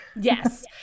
Yes